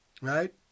Right